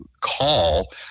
call